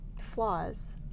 flaws